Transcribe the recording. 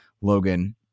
Logan